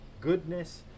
goodness